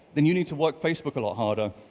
then you need to work facebook a lot harder.